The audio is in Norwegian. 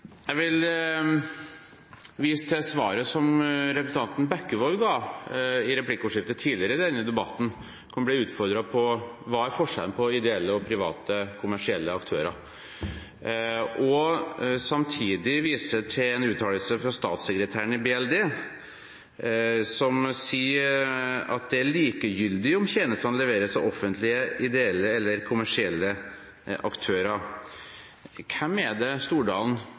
Jeg vil vise til svaret som representanten Bekkevold ga i replikkordskifte tidligere i denne debatten. Han ble utfordret på hva som er forskjellen på ideelle og private kommersielle aktører. Samtidig vil jeg vise til en uttalelse fra statssekretæren i Barne-, og likestillings- og inkluderingsdepartementet som sier at det er likegyldig om tjenestene leveres av offentlige, ideelle eller kommersielle aktører. Hvem er det Stordalen